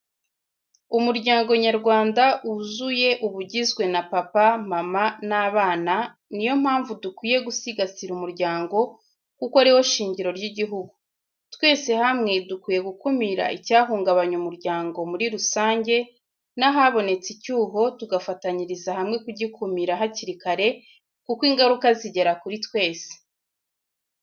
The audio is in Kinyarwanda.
Umuryango nyarwanda wuzuye uba ugizwe na papa, mama n'abana, niyo mpamvu dukwiye gusigasira umuryango kuko ari wo shingiro ry'igihugu. Twese hamwe dukwiye gukumira icyahungabanya umuryango muri rusange n'ahabonetse icyuho tugafatanyiriza hamwe kugikumira hakiri kare kuko ingaruka zigera kuri twese.